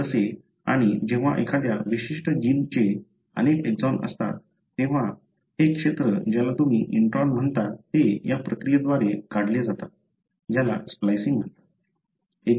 पण जसे आणि जेव्हा एखाद्या विशिष्ट जीनचे अनेक एक्सोन असतात तेव्हा हे क्षेत्र ज्याला तुम्ही इंट्रोन म्हणता ते या प्रक्रियेद्वारे काढले जातात ज्याला स्प्लायसिंग म्हणतात